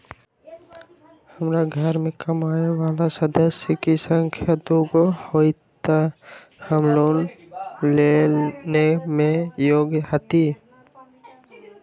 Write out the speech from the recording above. हमार घर मैं कमाए वाला सदस्य की संख्या दुगो हाई त हम लोन लेने में योग्य हती?